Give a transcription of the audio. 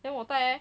then 我戴 leh